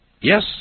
Yes